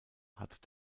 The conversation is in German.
hat